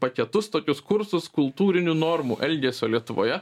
paketus tokius kursus kultūrinių normų elgesio lietuvoje